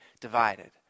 divided